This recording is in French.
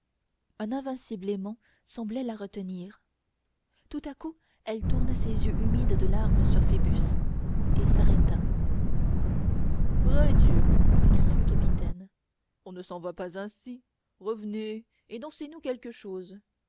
un invincible aimant semblait la retenir tout à coup elle tourna ses yeux humides de larmes sur phoebus et s'arrêta vrai dieu s'écria le capitaine on ne s'en va pas ainsi revenez et dansez nous quelque chose